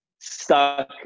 stuck